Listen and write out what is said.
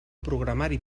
programari